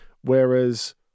Whereas